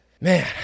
Man